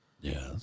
Yes